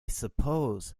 suppose